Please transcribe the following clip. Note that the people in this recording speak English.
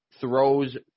throws